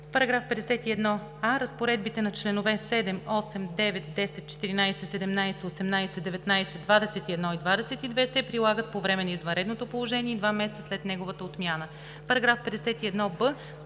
51б: „§ 51а. Разпоредбите на чл. 7, 8, 9, 10, 14, 17, 18, 19, 21 и 22 се прилагат по време на извънредното положение и два месеца след неговата отмяна. § 51б.